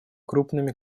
крупными